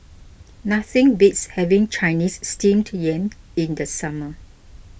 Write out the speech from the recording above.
nothing beats having Chinese Steamed Yam in the summer